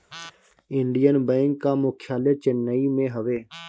Indian Bank कअ मुख्यालय चेन्नई में हवे